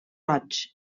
roig